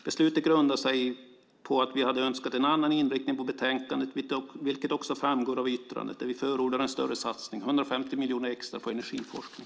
Det grundar sig på att vi hade önskat en annan inriktning på betänkandet, vilket också framgår av yttrandet där vi förordar en större satsning, 150 miljoner extra, på energiforskning.